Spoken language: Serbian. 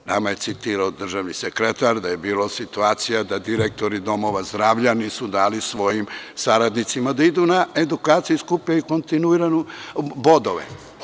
Nama je citirao državni sekretar da je bilo situacija da direktori domova zdravalja nisu dali svojim saradnicima da idu na edukaciju i skupljaju bodove.